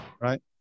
right